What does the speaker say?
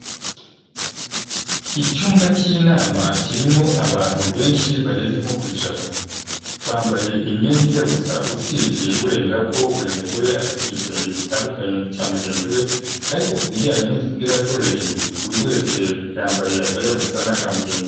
Icyumba cy'inama kirimo abantu benshi bageze nko ku ijana, bambaye imyenda ijya gusa usibye wenda ko buri mugore afite igitenge gitandukanye n'icya mugenzi we ariko ku bijyanye n'udupira two hejuru, buri wese yambaye akajya gusa n'aka mugenzi we.